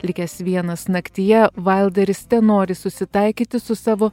likęs vienas naktyje vailderis tenori susitaikyti su savo